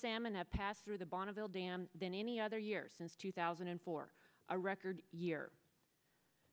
salmon have passed through the bonneville dam than any other year since two thousand and four a record year